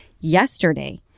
yesterday